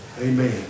Amen